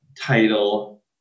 title